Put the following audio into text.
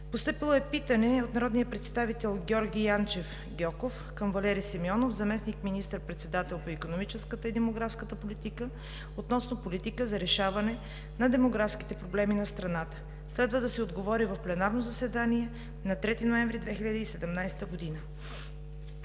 Постъпило е питане от народния представител Георги Янчев Гьоков към Валери Симеонов – заместник министър-председател по икономическата и демографската политика, относно политика за решаване на демографските проблеми на страната. Следва да се отговори в пленарното заседание на 3 ноември 2017 г.